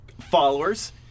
followers